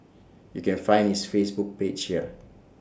you can find his Facebook page here